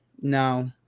No